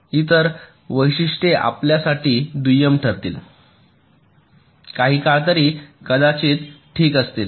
तर इतर वैशिष्ट्ये आपल्यासाठी दुय्यम ठरतील काही काळ तरी कदाचित ठीक असतील